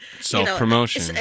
Self-promotion